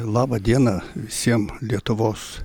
laba diena visiem lietuvos